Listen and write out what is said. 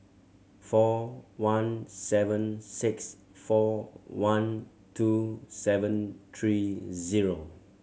four one seven six four one two seven three zero